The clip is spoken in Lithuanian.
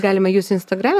galima jus instagrame